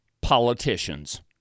politicians